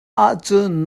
ahcun